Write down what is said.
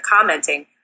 commenting